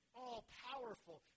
all-powerful